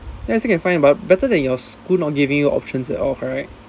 then I still can find but better than your school not giving you options at all correct